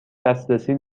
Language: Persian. دسترسی